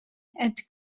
had